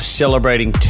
celebrating